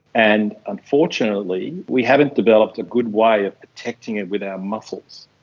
and unfortunately we haven't developed a good way of protecting it with our muscles.